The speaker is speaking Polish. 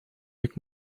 jak